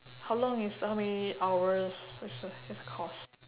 how long you so how many hours is this course